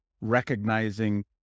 recognizing